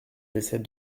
laissait